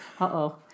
Uh-oh